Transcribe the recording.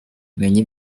menya